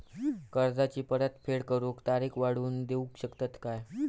कर्जाची परत फेड करूक तारीख वाढवून देऊ शकतत काय?